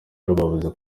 bavuze